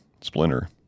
Splinter